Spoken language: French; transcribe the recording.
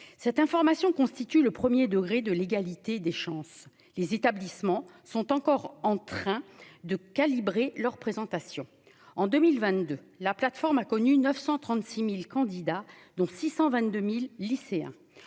cette information constitue le 1er degré, de l'égalité des chances, les établissements sont encore en train de calibrer leur présentation en 2022, la plateforme a connu 936000 candidats, dont 622000 lycéens,